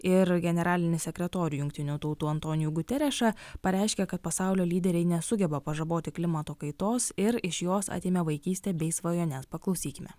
ir generalinį sekretorių jungtinių tautų antonijų guterišą pareiškė kad pasaulio lyderiai nesugeba pažaboti klimato kaitos ir iš jos atėmė vaikystę bei svajones paklausykime